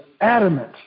adamant